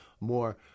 more